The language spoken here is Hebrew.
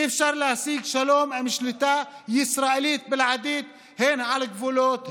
אי-אפשר להשיג שלום עם שליטה ישראלית בלעדית הן על הגבולות,